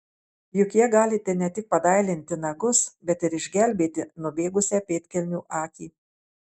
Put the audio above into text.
juk ja galite ne tik padailinti nagus bet ir išgelbėti nubėgusią pėdkelnių akį